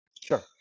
Sure